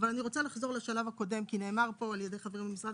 אבל אני רוצה לחזור לשלב הקודם כי נאמר פה על ידי חברי ממשרד